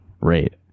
rate